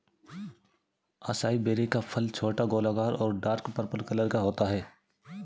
acai berry का फल छोटा, गोलाकार और डार्क पर्पल कलर का होता है